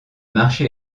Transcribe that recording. marché